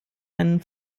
einen